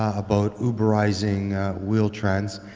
ah about uber-izing wheel-trans.